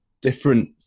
different